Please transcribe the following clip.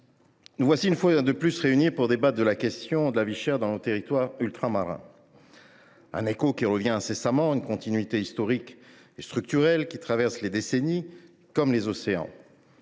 nous voilà une fois de plus réunis pour débattre de la question de la vie chère dans nos territoires ultramarins, comme un écho qui revient incessamment, cette continuité historique et structurelle traversant les décennies, comme les océans.